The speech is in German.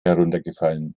heruntergefallen